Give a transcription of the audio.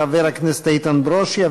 חבר הכנסת איתן ברושי,